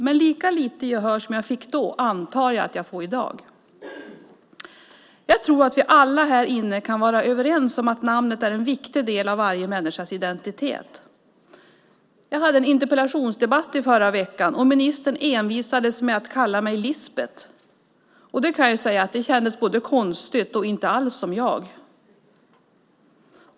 Men lika lite gehör som jag fick då antar jag att jag får i dag. Jag tror att vi alla här inne kan vara överens om att namnet är en viktig del av varje människas identitet. Jag hade en interpellationsdebatt i förra veckan, och ministern envisades med att kalla mig Lisbet. Jag kan säga att det kändes väldigt konstigt och inte alls som jag.